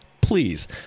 Please